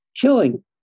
killing